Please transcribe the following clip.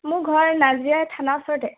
মোৰ ঘৰ নাজিৰা থানাৰ ওচৰতে